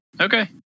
Okay